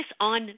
on